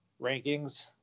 rankings